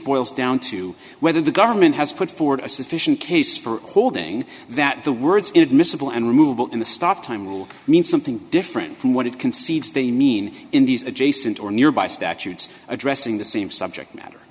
boils down to whether the government has put forward a sufficient case for holding that the words inadmissible and removal in the stop time will mean something different from what it concedes they mean in these adjacent or nearby statutes addressing the same subject matter